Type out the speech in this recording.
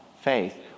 faith